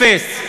אפס.